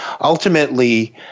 Ultimately